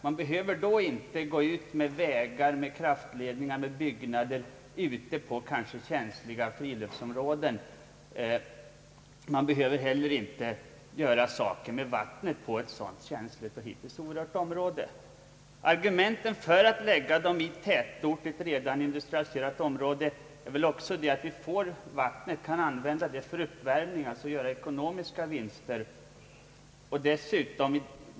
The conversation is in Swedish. Man slipper då vägar, kraftledningar och byggnader ute på kanske känsliga friluftsområden. Man behöver inte heller bekymra sig över vattenutsläppens verkningar på ett friskt vatten. Som argument för att lägga kärnkraftverken i tätorter i redan industrialiserat område kan också anföras att vattnet kan användas för uppvärmning, varigenom man gör ekonomiska vinster.